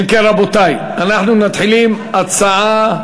אם כן, רבותי, אנחנו מתחילים בהצבעות.